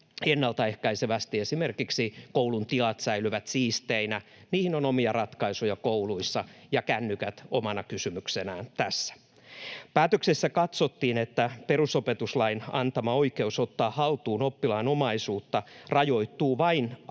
ennaltaehkäisevästi esimerkiksi koulun tilat säilyvät siisteinä. Niihin on omia ratkaisuja kouluissa, ja kännykät omana kysymyksenään tässä. Päätöksessä katsottiin, että perusopetuslain antama oikeus ottaa haltuun oppilaan omaisuutta rajoittuu vain aineisiin